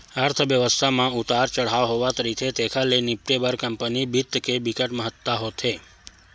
अर्थबेवस्था म उतार चड़हाव होवथ रहिथे तेखर ले निपटे बर कंपनी बित्त के बिकट महत्ता होथे